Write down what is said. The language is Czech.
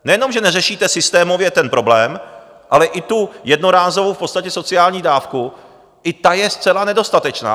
Nejenom že neřešíte systémově ten problém, ale i tu jednorázovou v podstatě sociální dávku, i ta je zcela nedostatečná.